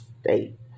state